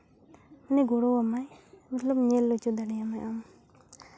ᱢᱟᱱᱮ ᱜᱚᱲᱚ ᱟᱢᱟᱭ ᱢᱚᱛᱞᱚᱵ ᱧᱮᱞ ᱦᱚᱪᱚ ᱢᱮᱭᱟᱭ ᱟᱢ